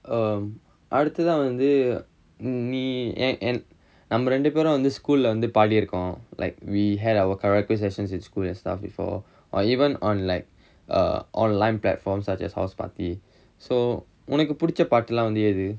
அடுத்ததா வந்து நீ என் நம்ம ரெண்டு பேரும் வந்து:aduthatha vanthu nee en namma rendu perum vanthu school leh வந்து பாடிருக்கோம்:vanthu paadirukkom like we had our karaoke sessions in school and stuff before or even on like err online platforms such as house party so உனக்கு பிடிச்ச பாட்டெல்லாம் வந்து எது:unakku pidicha paatellam vanthu ethu